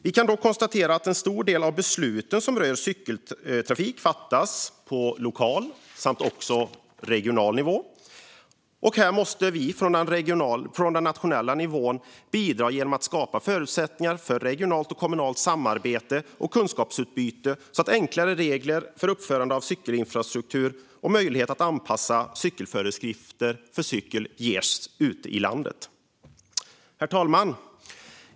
Vi kan konstatera att en stor del av besluten som rör cykeltrafik fattas på lokal och regional nivå. Vi måste från den nationella nivån bidra genom att skapa förutsättningar ute i landet för regionalt och kommunalt samarbete och kunskapsutbyte, enklare regler för uppförande av cykelinfrastruktur och möjlighet att införa anpassade trafikföreskrifter för cykel. Herr talman!